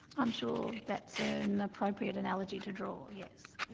i'm sure that's ah an appropriate analogy to draw, yes.